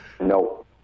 No